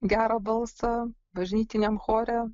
gerą balsą bažnytiniam chore